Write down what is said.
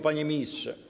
Panie Ministrze!